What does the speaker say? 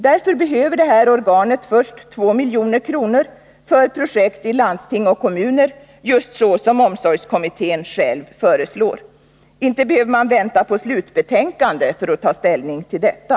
Därför behöver detta organ först 2 milj.kr. för projekt i landsting och kommuner, just så som omsorgskommittén själv föreslår. Inte behöver man vänta på slutbetänkande för att ta ställning till detta.